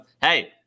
hey